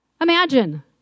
Imagine